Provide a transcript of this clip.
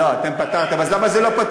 לא, אתם פתרתם, אז למה זה לא פתור?